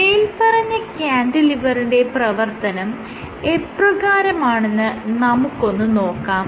മേല്പറഞ്ഞ ക്യാന്റിലിവറിന്റെ പ്രവർത്തനം എപ്രകാരമാണെന്ന് നമുക്കൊന്ന് നോക്കാം